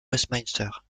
westminster